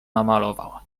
namalował